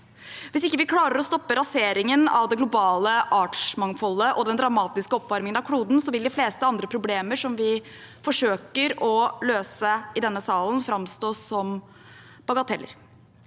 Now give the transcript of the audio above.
Hvis vi ikke klarer å stoppe raseringen av det globale artsmangfoldet og den dramatiske oppvarmingen av kloden, vil de fleste andre problemer som vi forsøker å løse i denne salen, framstå som bagateller.